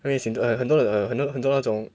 I mean as in 很多很多那种